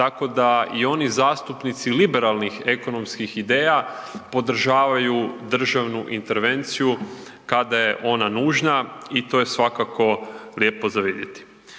tako da i oni zastupnici liberalnih ekonomskih ideja, podržavaju državnu intervenciju kada je ona nužna i to je svakako lijepo za vidjeti.